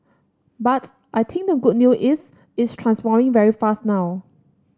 but I think the good new is it's transforming very fast now